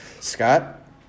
Scott